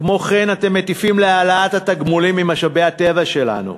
כמו כן אתם מטיפים להעלאת התגמולים ממשאבי הטבע שלנו.